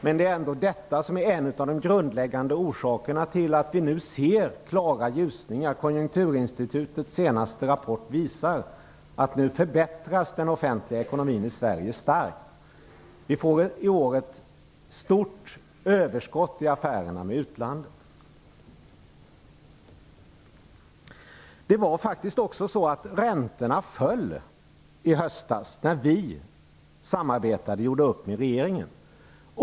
Men det är ändå detta som är en av de grundläggande orsakerna till att vi nu ser klara ljusningar. Konjunkturinstitutets senaste rapport visar att den offentliga ekonomin i Sverige nu förbättras starkt. Vi får i år ett stort överskott i affärerna med utlandet. Räntorna föll faktiskt i höstas när vi samarbetade och gjorde upp med regeringen.